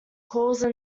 cause